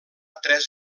tres